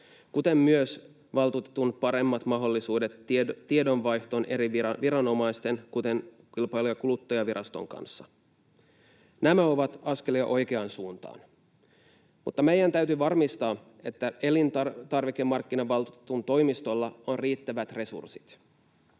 kuten myös valtuutetun paremmat mahdollisuudet tiedonvaihtoon eri viranomaisten, kuten Kilpailu- ja kuluttajaviraston, kanssa. Nämä ovat askelia oikeaan suuntaan. Mutta meidän täytyy varmistaa, että elintarvikemarkkinavaltuutetun toimistolla on riittävät resurssit.